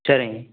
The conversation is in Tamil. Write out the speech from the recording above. சரிங்க